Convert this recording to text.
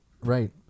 right